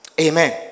Amen